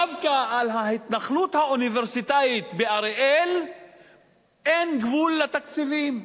דווקא להתנחלות האוניברסיטאית באריאל אין גבול לתקציבים,